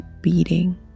beating